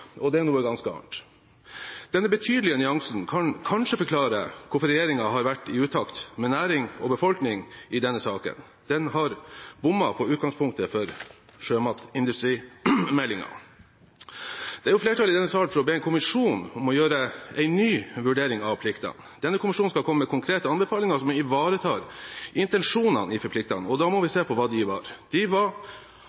og det er noe ganske annet. Denne betydelige nyansen kan kanskje forklare hvorfor regjeringen har vært i utakt med næring og befolkning i denne saken. Den har bommet på utgangspunktet for sjømatindustrimeldingen. Det er flertall i denne sal for å be en kommisjon gjøre en ny vurdering av pliktene. Denne kommisjonen skal komme med konkrete anbefalinger som ivaretar intensjonene i pliktene, og da må vi